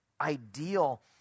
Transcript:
ideal